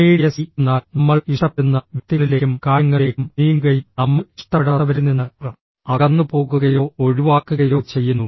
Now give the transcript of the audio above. immediacy എന്നാൽ നമ്മൾ ഇഷ്ടപ്പെടുന്ന വ്യക്തികളിലേക്കും കാര്യങ്ങളിലേക്കും നീങ്ങുകയും നമ്മൾ ഇഷ്ടപ്പെടാത്തവരിൽ നിന്ന് അകന്നുപോകുകയോ ഒഴിവാക്കുകയോ ചെയ്യുന്നു